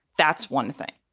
that's one thing.